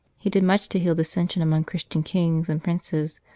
he did much to heal dissension among christian kings and princes,